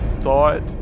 thought